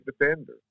defender